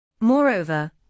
Moreover